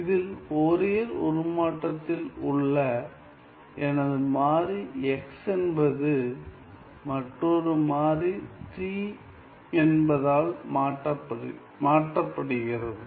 இதில் ஃபோரியர் உருமாற்றத்தில் உள்ள எனது மாறி x என்பது மற்றொரு மாறி t என்பதால் மாற்றப்படுகிறது